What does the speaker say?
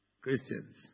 Christians